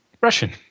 Russian